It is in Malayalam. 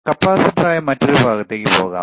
കപ്പാസിറ്ററായ മറ്റൊരു ഭാഗത്തേക്ക് പോകാം